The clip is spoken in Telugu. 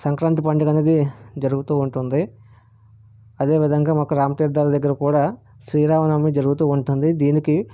సంక్రాంతి పండుగ అనేది జరుగుతూ ఉంటుంది అదేవిధంగా మాకు రామ తీర్థాల దగ్గర కూడా శ్రీరామనవమి జరుగుతూ ఉంటుంది దీనికి